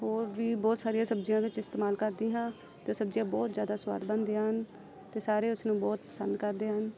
ਹੋਰ ਵੀ ਬਹੁਤ ਸਾਰੀਆਂ ਸਬਜ਼ੀਆਂ ਵਿੱਚ ਇਸਤੇਮਾਲ ਕਰਦੀ ਹਾਂ ਅਤੇ ਸਬਜ਼ੀਆਂ ਬਹੁਤ ਜ਼ਿਆਦਾ ਸਵਾਦ ਬਣਦੀਆਂ ਹਨ ਅਤੇ ਸਾਰੇ ਉਸ ਨੂੰ ਬਹੁਤ ਪਸੰਦ ਕਰਦੇ ਹਨ